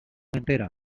entera